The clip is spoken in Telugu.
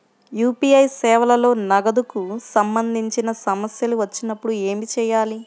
యూ.పీ.ఐ సేవలలో నగదుకు సంబంధించిన సమస్యలు వచ్చినప్పుడు ఏమి చేయాలి?